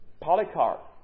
Polycarp